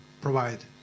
provide